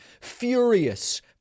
furious